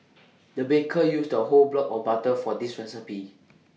the baker used A whole block of butter for this recipe